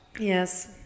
Yes